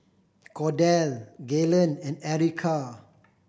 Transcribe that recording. Cordell Gaylen and Erica